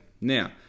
Now